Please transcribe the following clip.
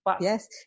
Yes